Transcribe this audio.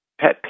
pet